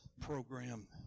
program